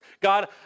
God